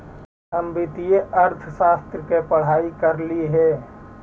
हम वित्तीय अर्थशास्त्र की पढ़ाई करली हे